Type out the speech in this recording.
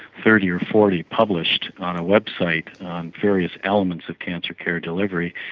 thirty or forty published on a website on various elements of cancer care delivery,